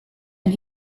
and